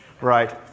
right